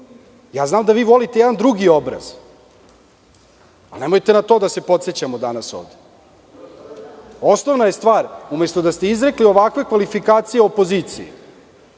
Ja znam da vi volite jedan drugi obraz, ali nemojte na to da se podsećamo danas ovde. Osnovna je stvar, umesto da ste izrekli ovakve kvalifikacije opoziciji,